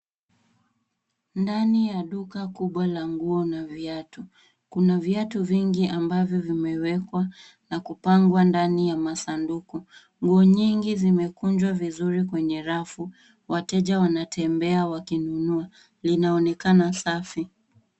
Ndani ya duka kubwa la nguo na viatu. Kuna viatu vingi ambavyo vimewekwa na kupangwa ndani ya masaduku. Nguo nyingi zimekunjwa vizuri kwenye rafu. Wateja wanatembea wakinunua. Linaonekana safi.